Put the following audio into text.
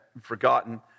forgotten